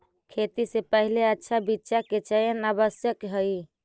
खेती से पहिले अच्छा बीचा के चयन आवश्यक हइ